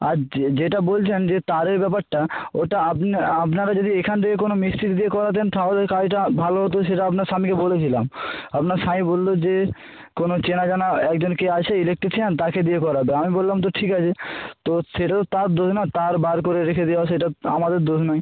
আর যেটা বলছেন যে তারের ব্যাপারটা ওটা আপনি আপনারা যদি এখান থেকে কোনো মিস্ত্রি দিয়ে করাতেন তাহলে কাজটা ভালো হতো সেটা আপনার স্বামীকে বলেছিলাম আপনার স্বামী বলল যে কোনো চেনা জানা একজন কে আছে ইলেকট্রিশিয়ান তাকে দিয়ে করাবে আমি বললাম তো ঠিক আছে তো সেটা তো তার দোষ না তার বার করে রেখে দেওয়া সেটা আমাদের দোষ নয়